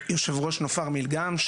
אני יושב-ראש נופר מילגם,